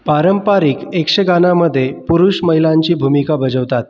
पारंपरिक यक्षगानामधे पुरुष महिलांची भूमिका बजावतात